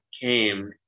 came